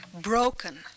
broken